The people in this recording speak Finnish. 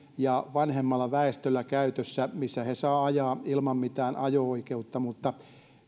vanhemmalla väestöllä käytössä ja missä he saavat ajaa ilman mitään ajo oikeutta